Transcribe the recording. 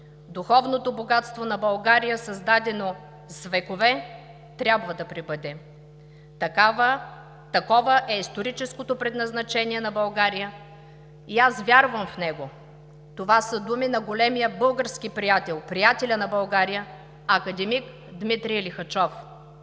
Духовното богатство на България, създадено с векове, трябва да пребъде. Такова е историческото предназначение на България и аз вярвам в него.“ Това са думи на големия приятел на България академик Дмитрий Лихачов.